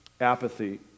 apathy